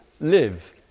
live